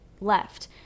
left